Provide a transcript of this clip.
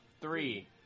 Three